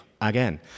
again